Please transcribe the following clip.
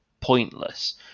pointless